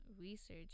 research